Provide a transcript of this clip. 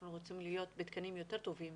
אנחנו רוצים להיות עם תקנים יותר טובים